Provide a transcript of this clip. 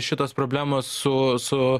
šitos problemos su su